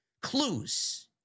clues